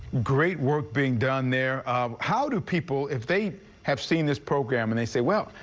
great work being done there. um how do people, if they have seen this program and they say, well,